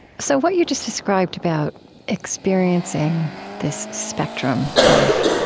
so what you just described about experiencing this spectrum of